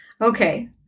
Okay